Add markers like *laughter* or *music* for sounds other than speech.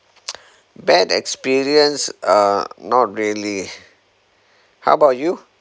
*noise* bad experience uh not really how about you